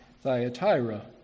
Thyatira